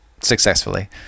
successfully